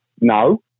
No